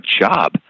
job